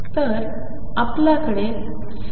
तर आपल्याकडे L0